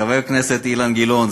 חבר הכנסת אילן גילאון,